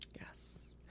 Yes